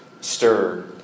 stir